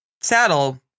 saddle